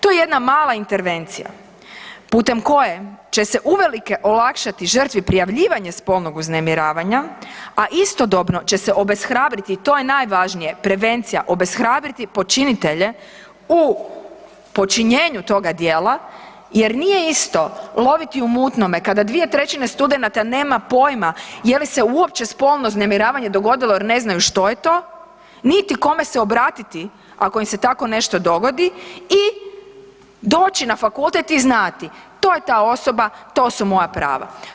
To je jedna mala intervencija putem koje će se olakšati žrtvi prijavljivanje spolnog uznemiravanja, a istodobno će se obeshrabriti to je najvažnije, prevencija, obeshrabriti počinitelje u počinjenju toga djela jer nije isto loviti u mutnome kada 2/3 studenata nema poima je li se uopće spolno uznemiravanje dogodilo jer ne znaju što je to niti kome se obratiti ako im se tako nešto dogodi i doći na fakultet i znati, to je ta osoba, to su moja prava.